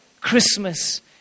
Christmas